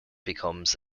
becomes